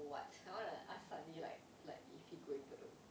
what I wanna ask sunny like like if he going bedok